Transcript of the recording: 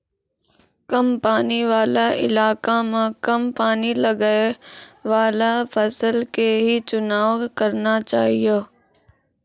कम पानी वाला इलाका मॅ कम पानी लगैवाला फसल के हीं चुनाव करना चाहियो